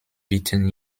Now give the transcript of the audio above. bitten